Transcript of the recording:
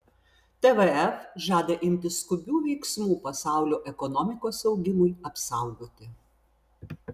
tvf žada imtis skubių veiksmų pasaulio ekonomikos augimui apsaugoti